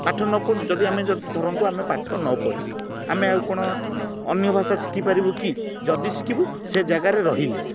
ପାଠ ନପଢ଼ୁ ଯଦି ଆମେ ଯଦି ଧରନ୍ତୁ ଆମେ ପାଠ ନପଢ଼ିବୁ ଆମେ ଆଉ କ'ଣ ଅନ୍ୟ ଭାଷା ଶିଖିପାରିବୁ କି ଯଦି ଶିଖିବୁ ସେ ଜାଗାରେ ରହିଲେ